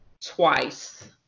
twice